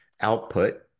output